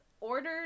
ordered